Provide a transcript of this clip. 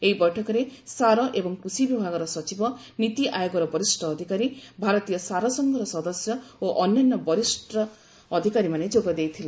ଏହି ବୈଠକରେ ସାର ଏବଂ କୃଷି ବିଭାଗର ସଚିବ ନୀତି ଆୟୋଗର ବରିଷ୍ଣ ଅଧିକାରୀ ଭାରତୀୟ ସାର ସଂଘର ସଦସ୍ୟ ଓ ଅନ୍ୟାନ୍ୟ ବିଭାଗର ବରିଷ୍ଣ ଅଧିକାରୀ ଯୋଗ ଦେଇଥିଲେ